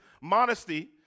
modesty